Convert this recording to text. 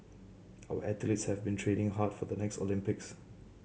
our athletes have been training hard for the next Olympics